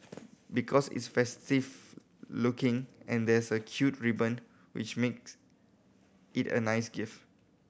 because it's festive looking and there's a cute ribbon which makes it a nice gift